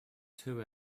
two